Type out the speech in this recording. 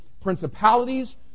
principalities